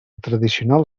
tradicional